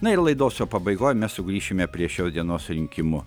na ir laidos pabaigoj mes sugrįšime prie šios dienos rinkimų